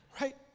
right